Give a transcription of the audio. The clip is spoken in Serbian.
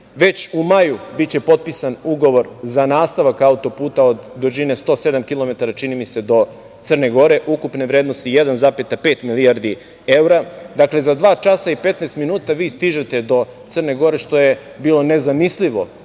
Već u maju biće potpisan ugovor za nastavak auto-puta dužine 107 kilometara, čini mi se do Crne Gore, ukupne vrednosti 1,5 milijardi evra. Dakle, za dva časa i 15 minuta vi stižete do Crne Gore, što je bilo nezamislivo